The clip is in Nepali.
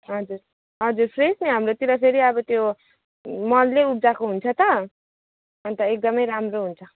हजुर हजुर फ्रेस नि हाम्रोतिर फेरि अब त्यो मलले उब्जाएको हुन्छ त अन्त एकदमै राम्रो हुन्छ